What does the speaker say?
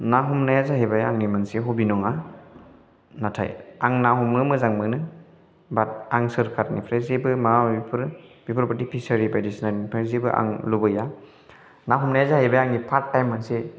ना हमनाया जाहैबाय आंनि मोनसे हबि नङा नाथाय आं ना हमनो मोजां मोनो बात आं सोरखारनिफ्राय जेबो माबा माबिफोर बिफोरबादि फिसारि बायदिसिनानिफ्राय आं जेबो लुबैया ना हमनाया जाहैबाय आंनि पार्ट टाइम मोनसे